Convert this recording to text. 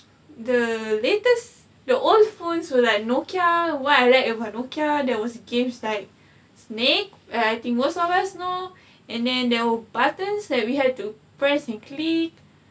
the latest the old phones will like nokia why I like if like nokia there was games like snake and I think most of us know and then there were buttons that we had to press and click